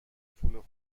پول